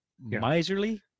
miserly